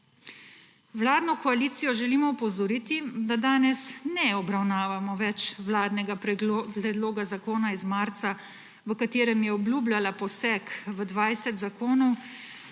Vladno koalicijo želim opozoriti, da danes ne obravnavamo več vladnega predloga zakona iz marca, v katerem je obljubljala poseg v 20 zakonov,